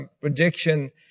prediction